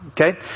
Okay